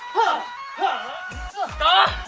ha ha ha!